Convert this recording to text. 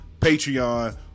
Patreon